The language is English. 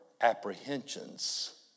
apprehensions